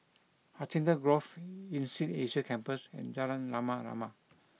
Hacienda Grove Insead Asia Campus and Jalan Rama Rama